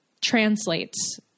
translates